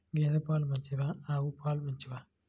గేద పాలు మంచివా ఆవు పాలు మంచివా?